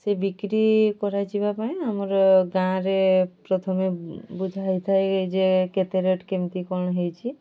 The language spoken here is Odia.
ସେ ବିକ୍ରି କରାଯିବା ପାଇଁ ଆମର ଗାଁରେ ପ୍ରଥମେ ବୁଝାହୋଇଥାଏ ଯେ କେତେ ରେଟ୍ କେମିତି କ'ଣ ହୋଇଛି